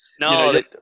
no